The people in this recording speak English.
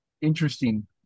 interesting